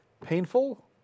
painful